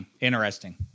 Interesting